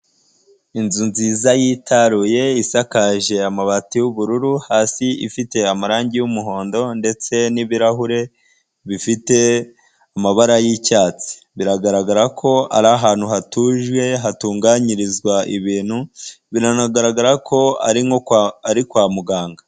Inzu nziza yitaruye isakaje amabati y'ubururu hasi ifite amarangi y'umuhondo ndetse n'ibirahure bifite amabara y'icyatsi, biragaragara ko ari ahantu hatujwe hatunganyirizwa ibintu, biranagaragara ko ari no kwa muganga.